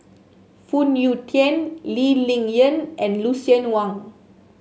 Phoon Yew Tien Lee Ling Yen and Lucien Wang